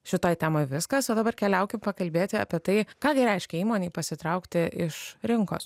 šitoj temoj viskas o dabar keliaukim pakalbėti apie tai ką gi reiškia įmonei pasitraukti iš rinkos